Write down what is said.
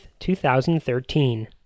2013